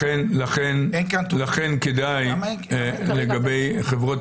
לכן כדאי לגבי חברות